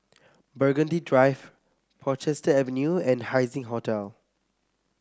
Burgundy Drive Portchester Avenue and Haising Hotel